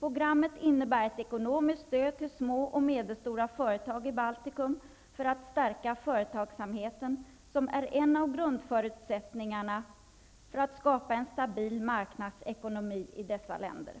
Programmet innebär ett ekonomiskt stöd till småoch medelstora företag i Baltikum för att stärka företagsamheten. Det är en av grundförutsättningarna för att skapa en stabil marknadsekonomi i dessa länder.